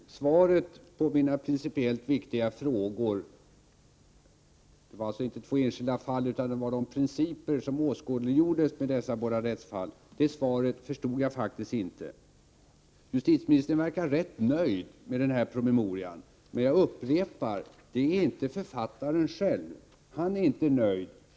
Herr talman! Svaret på mina principiellt viktiga frågor — det var alltså inte två enskilda fall, utan de principer som åskådliggjordes med dessa båda rättsfall som jag avsåg — förstod jag faktiskt inte. Justitieministern verkar rätt nöjd med denna promemoria. Men jag upprepar att författaren själv inte är nöjd med den.